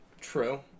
True